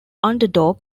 underdog